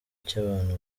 cy’abantu